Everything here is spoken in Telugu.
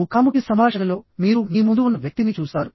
ముఖాముఖి సంభాషణ లోమీరు మీ ముందు ఉన్న వ్యక్తిని చూస్తారు